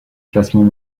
classement